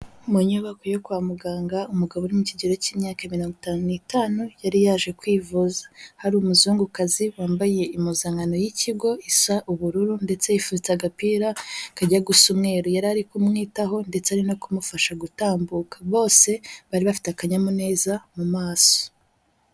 Mu nyubako yo kwa muganga umugabo uri mu kigero k'imyaka mirongo itanu n'itanu yari yaje kwivuza, hari umuzungukazi wambaye impozankano y'ikigo isa ubururu ndetse yifubitse agapira kajya gusa umwera, yari ari kumwitaho ndetse ari no kumufasha gutambuka, bose bari bafite akanyamuneza mu maso.